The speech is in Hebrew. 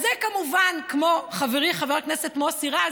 אז זה, כמובן, כמו חברי חבר הכנסת מוסי רז,